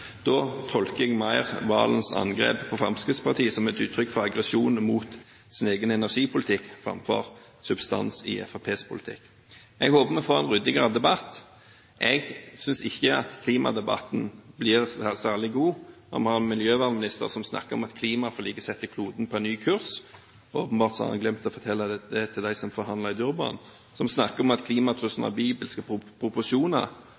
Da tolker jeg Serigstad Valens angrep på Fremskrittspartiet mer som et uttrykk for aggresjon mot egen energipolitikk framfor substansen i Fremskrittspartiets politikk. Jeg håper vi får en ryddigere debatt. Jeg synes ikke at klimadebatten blir særlig god når vi har en miljøvernminister som snakker om at klimaforliket setter kloden på en ny kurs. Han har åpenbart glemt å fortelle det til dem som forhandlet i Durban, som snakker om at